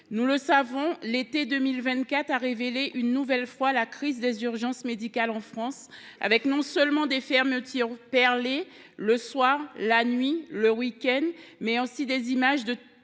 de ce débat. L’été 2024 a révélé une nouvelle fois la crise des urgences médicales en France, avec non seulement des fermetures perlées, le soir, la nuit et le week end, mais aussi les terribles